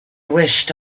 wished